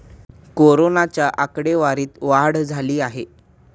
कोरोनाच्या आकडेवारीत वाढ झाली आहे